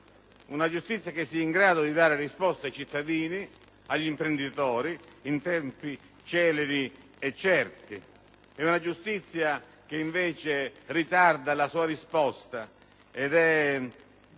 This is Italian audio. che funzioni e che sia in grado di dare risposte ai cittadini e agli imprenditori in tempi celeri e certi. Una giustizia che ritarda la sua risposta ed è